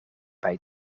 bij